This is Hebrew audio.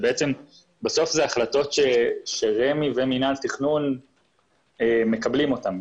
בסוף אלה החלטות שרשות מקרקעי ישראל ומינהל התכנון מקבלים אותן,